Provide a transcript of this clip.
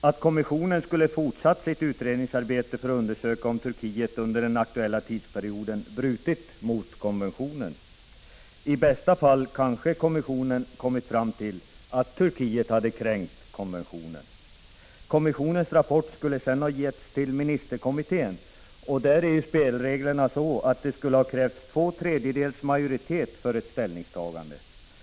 Skulle kommissionen ha fortsatt sitt utredningsarbete för att undersöka om Turkiet under den aktuella tidsperioden brutit mot konventionen? I bästa fall kanske kommissionen hade funnit att Turkiet kränkt konventionen. Kommissionens rapport skulle sedermera givits till ministerkommittén, och där är spelreglerna sådana att det krävs två tredjedels majoritet för ett ställningstagande.